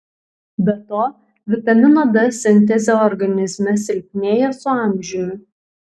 be to vitamino d sintezė organizme silpnėja su amžiumi